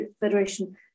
Federation